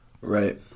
Right